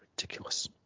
ridiculous